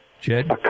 Jed